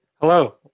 Hello